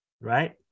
right